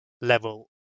level